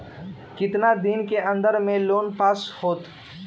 कितना दिन के अन्दर में लोन पास होत?